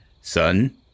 Son